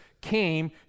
came